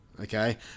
okay